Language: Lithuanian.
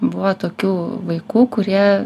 buvo tokių vaikų kurie